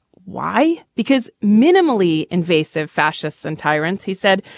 why? because minimally invasive fascists and tyrants, he said.